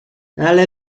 ale